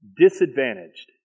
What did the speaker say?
disadvantaged